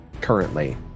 currently